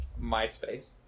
MySpace